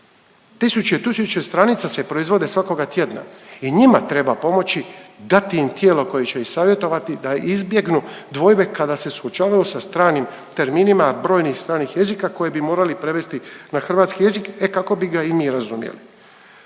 i tisuće stranica se proizvode svakoga tjedna i njima treba pomoći, dati im tijelo koje će ih savjetovati da izbjegnu dvojbe kada se suočavaju sa stranim terminima brojnih stranih jezika koje bi morali prevesti na hrvatski jezik, e kako bi ga i mi razumjeli.